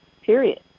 Period